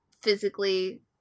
physically